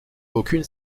aucune